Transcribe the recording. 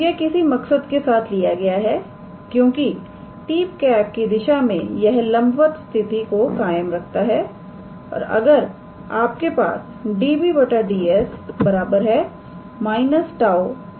तो यह किसी मकसद के साथ लिया गया है क्योंकि 𝑡̂ की दिशा में यह लंबवत स्थिति को कायम रखता है और अगर आपके पास यह 𝑑𝑏̂ 𝑑𝑠 −𝜁𝑛̂ है